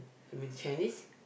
I mean Chinese